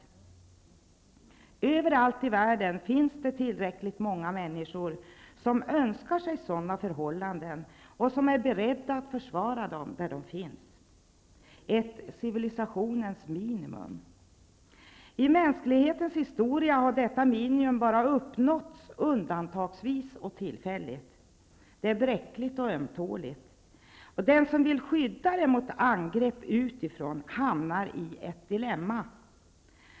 Överallt i världen finns det tillräckligt många människor som önskar sig sådana förhållanden och som är beredda att försvara dem där de råder. Ett civilisationens minimum. I mänsklighetens historia har detta minimum bara uppnåtts undantagsvis och tillfälligt. Det är bräckligt och ömtåligt. Den som vill skydda det mot angrepp utifrån hamnar i ett dilemma.